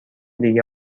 دیگه